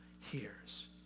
Hears